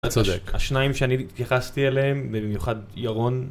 אתה צודק. השניים שאני התייחסתי אליהם ובמיוחד ירון.